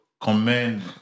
commend